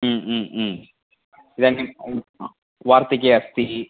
इदानीं वार्तिकी अस्ति